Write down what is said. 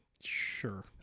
Sure